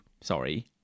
sorry